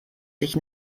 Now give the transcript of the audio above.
sich